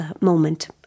moment